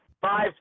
five